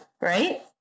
right